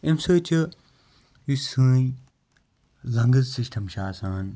اَمہِ سۭتۍ چھُ یُس سٲنۍ لَنٛگٕز سِسٹم چھُ آسان